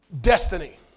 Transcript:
destiny